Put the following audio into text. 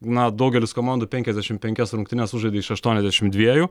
na daugelis komandų penkiasdešimt penkias rungtynes sužaidė iš aštuoniasdešimt dviejų